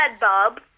Bob